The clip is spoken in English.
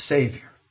Savior